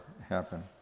happen